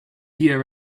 here